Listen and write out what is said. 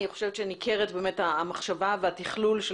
אני חושבת שניכרת באמת המחשבה והתכלול של